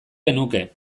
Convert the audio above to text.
genuke